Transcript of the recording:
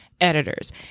editors